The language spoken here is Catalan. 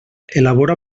elabora